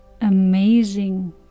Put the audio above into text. Amazing